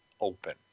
open